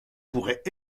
pourrait